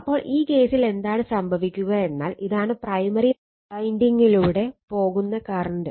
അപ്പോൾ ഈ കേസിൽ എന്താണ് സംഭവിക്കുക എന്നാൽ ഇതാണ് പ്രൈമറി വൈൻഡിങ്ങിലൂടെ പോകുന്ന കറണ്ട്